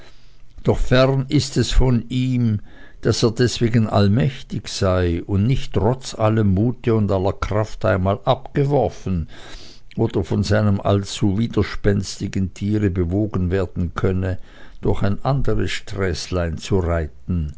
doch fern ist es von ihm daß er deswegen allmächtig sei und nicht trotz allem mute und aller kraft einmal abgeworfen oder von seinem allzu widerspenstigen tiere bewogen werden könne durch ein anderes sträßlein zu reiten